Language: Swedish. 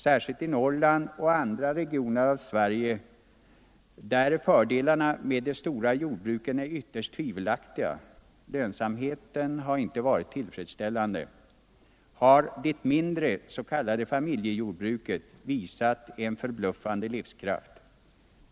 Särskilt i Norrland och i andra regioner av Sverige där fördelarna med de stora jordbruken är ytterst tvivelaktiga — lönsamheten har inte varit tillfredsställande — har det mindre s.k. familjejordbruket visat en förbluffande livskraft.